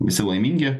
visi laimingi